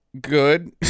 good